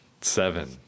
Seven